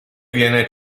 viene